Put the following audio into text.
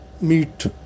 meet